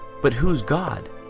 but who's god?